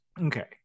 okay